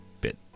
bit